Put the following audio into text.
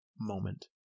moment